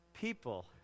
People